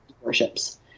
worships